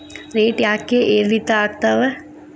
Rate ಯಾಕೆ ಏರಿಳಿತ ಆಗ್ತಾವ?